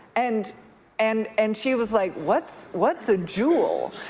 and and and she was like, what's what's a juul?